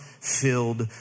filled